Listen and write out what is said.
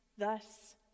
Thus